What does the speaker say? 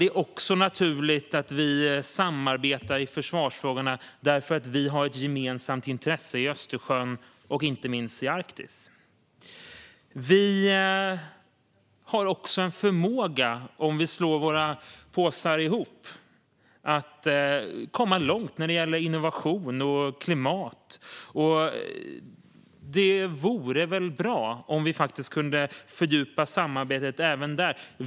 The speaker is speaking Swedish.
Det är också naturligt att vi samarbetar i försvarsfrågorna därför att vi har ett gemensamt intresse i Östersjön och inte minst i Arktis. Vi har också en förmåga, om vi slår våra påsar ihop, att komma långt när det gäller innovation och klimat. Det vore väl bra om vi faktiskt kunde fördjupa samarbetet även där.